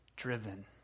driven